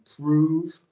prove